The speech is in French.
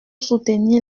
soutenir